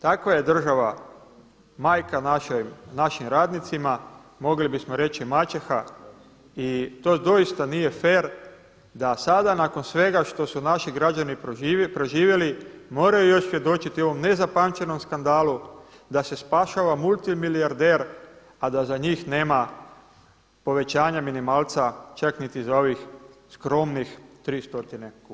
Takva je država majka našim radnicima, mogli bismo reći maćeha i to doista nije fer da sada nakon svega što su naši građani proživjeli moraju još svjedočiti ovom nezapamćenom skandalu da se spašava multimilijarder, a da za njih nema povećanja minimalca čak niti za ovih skromnih 300 kuna.